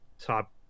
top